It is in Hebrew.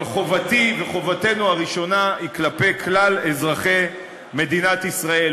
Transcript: אבל חובתי וחובתנו הראשונה היא כלפי כלל אזרחי מדינת ישראל.